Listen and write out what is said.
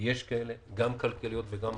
ויש כאלו כלכליות ואחרות.